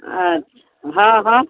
अच्छा हॅं हॅं